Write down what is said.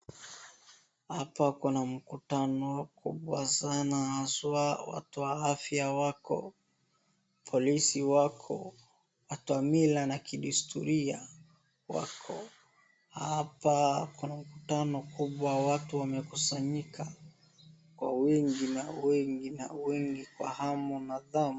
Hapa kuna mkutano mkubwa sanaa haswa watu wa afya wako, polisi wako, watu wa mila na kidesturia wako. Hapa kuna mkutano kubwa na watu wamekusanyika kwa wingi na wingi na wingi kwa hali na ghamu.